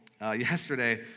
Yesterday